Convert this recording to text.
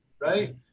right